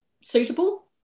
suitable